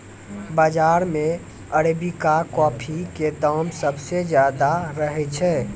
बाजार मॅ arabica coffee के दाम सबसॅ ज्यादा रहै छै